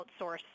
outsource